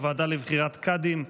הוועדה לבחירת קאדים,